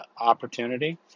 opportunity